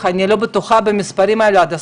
זה משוער,